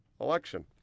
election